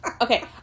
Okay